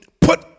put